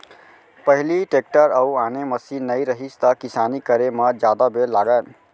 पहिली टेक्टर अउ आने मसीन नइ रहिस त किसानी करे म जादा बेर लागय